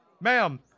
Ma'am